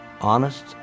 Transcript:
honest